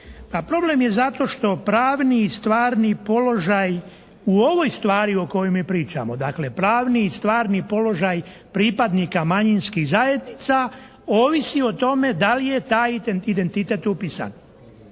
problem je zato što pravni i stvarni položaj u ovoj stvari o kojoj mi pričamo, dakle, pravni i stvarni položaj pripadnika manjinskih zajednica ovisi o tome da li je taj identitet upisan.